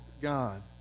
God